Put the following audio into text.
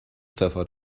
pfeffer